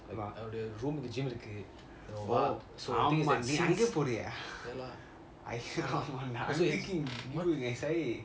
ஆமா நீ அங்க பெரிய:ama nee anga poriya I was thinking